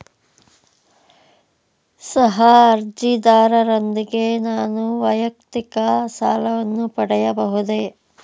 ಸಹ ಅರ್ಜಿದಾರರೊಂದಿಗೆ ನಾನು ವೈಯಕ್ತಿಕ ಸಾಲವನ್ನು ಪಡೆಯಬಹುದೇ?